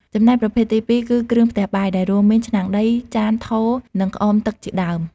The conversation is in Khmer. ចំណែកប្រភេទទីពីរគឺ គ្រឿងផ្ទះបាយ ដែលរួមមាន ឆ្នាំងដី ចាន ថូ និងក្អមទឹកជាដើម។